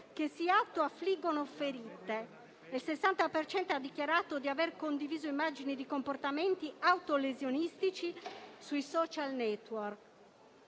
che si auto affliggono ferite. Il 60 per cento ha dichiarato di aver condiviso immagini di comportamenti autolesionistici sui *social network*.